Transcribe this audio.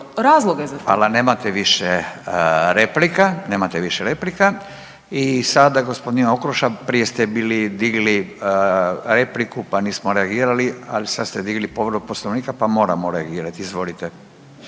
(Nezavisni)** Hvala. Nemate više replika. Nemate više replika i sada g. Okroša, prije ste bili digli repliku pa nismo reagirali, ali sad ste digli povredu Poslovnika pa moramo reagirati. Izvolite.